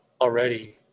already